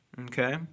okay